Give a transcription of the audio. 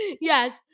Yes